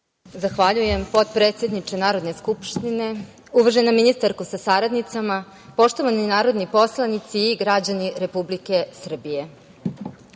Zahvaljujem, poptredsedniče Narodne skupštine. Uvažena ministarko sa saradnicima, poštovani narodni poslanici i građani Republike Srbije,